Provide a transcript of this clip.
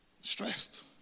Stressed